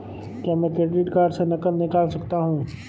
क्या मैं credit card से नकद निकाल सकता हूँ?